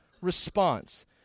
response